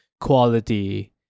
quality